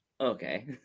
Okay